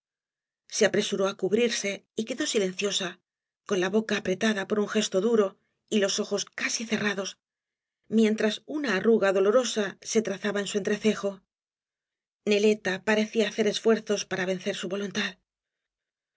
se apresuró á cubrirse y quedó eilencio ba con la boca apretada por un gesto duro y los ojos casi cerradosy mientras uoa arruga dolorosa se trazaba en su entrecejo neleta parecia hacer esfuerzos para vencer su voluntad